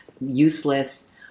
useless